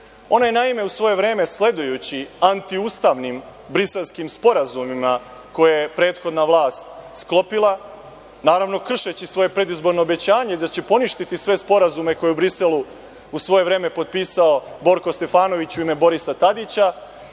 Ona je u svoje vreme, sledujući antiustavnim briselskim sporazumima koje je prethodna vlast sklopila, naravno, kršeći svoje predizborno obećanje da će poništiti sve sporazume koje je u Briselu u svoje vreme potpisao Borko Stefanović u ime Borisa Tadića,